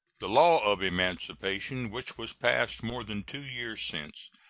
the law of emancipation, which was passed more than two years since,